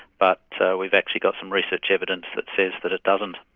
but so we've actually got some research evidence that says that it doesn't.